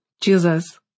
Jesus